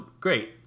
great